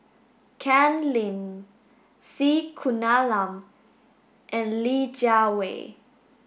Ken Lim C Kunalan and Li Jiawei